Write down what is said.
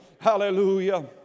hallelujah